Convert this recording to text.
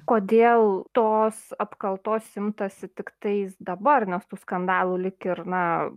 kodėl tos apkaltos imtasi tiktais dabar nes tų skandalų lyg ir na